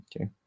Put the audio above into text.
okay